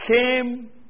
came